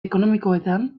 ekonomikoetan